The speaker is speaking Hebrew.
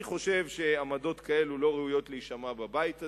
אני חושב שעמדות כאלה לא ראויות להישמע בבית הזה,